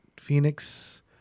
phoenix